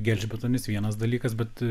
gelžbetonis vienas dalykas bet